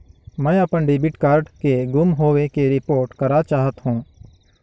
मैं अपन debit card के गुम होवे के रिपोर्ट करा चाहत हों